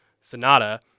Sonata